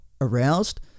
aroused